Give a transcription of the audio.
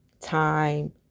time